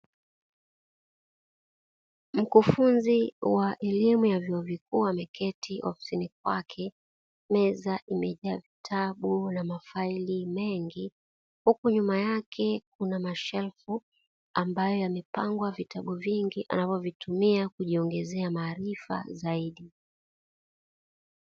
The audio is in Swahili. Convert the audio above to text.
Mkufunzi wa elimu ya vyuo vikuu ameketi ofisini kwake meza imejaa vitabu na mafaili mengi, huku nyuma yake kuna mashelfu ambayo yamepangwa vitabu vingi anavyovitumia kujiongezea maarifa zaidi.